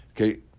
Okay